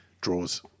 Draws